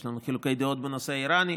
יש לנו חילוקי דעות בנושא האיראני,